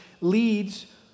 leads